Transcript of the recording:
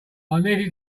needed